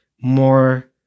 more